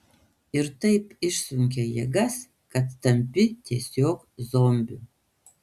ir taip išsunkia jėgas kad tampi tiesiog zombiu